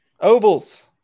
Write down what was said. Ovals